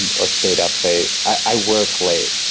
and or stayed up late. i work late,